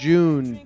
June